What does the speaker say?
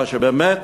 מה שבאמת